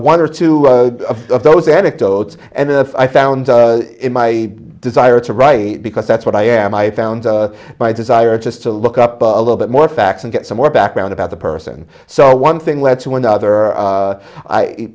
one or two of those anecdotes and then if i found my desire to write because that's what i am i found my desire just to look up a little bit more facts and get some more background about the person so one thing led to another